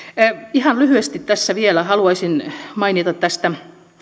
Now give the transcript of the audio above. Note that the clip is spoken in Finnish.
ihan lyhyesti tässä vielä haluaisin mainita tästä